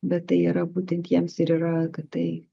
bet tai yra būtent jiems ir yra kad tai